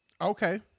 Okay